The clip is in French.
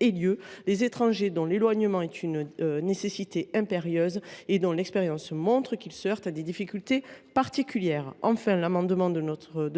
accomplies, les étrangers dont l’éloignement est une nécessité impérieuse, mais dont l’expérience montre que celui ci se heurte à des difficultés particulières. Enfin,